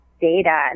data